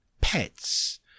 pets